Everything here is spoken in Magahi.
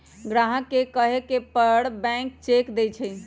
ग्राहक के कहे पर बैंक चेक देई छई